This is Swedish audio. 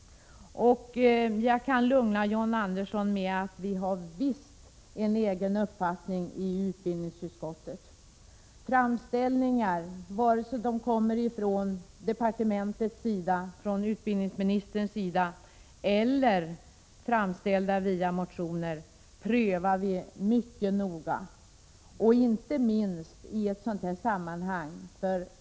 Jag kan lugna John Andersson med att vi visst har en egen uppfattning i utbildningsutskottet. Vare sig förslagen kommer från departementet och utbildningsministern eller framförs genom motioner, prövas de mycket noga inte minst i ett sådant här sammanhang.